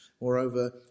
Moreover